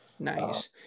nice